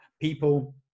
People